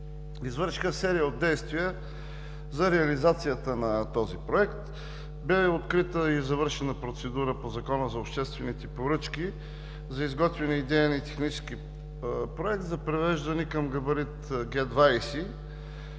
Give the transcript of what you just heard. извършиха серия от действия за реализацията на този проект. Бе открита и завършена процедура по Закона за обществените поръчки за изготвяне на идеен и технически проект за привеждане на тези